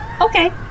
Okay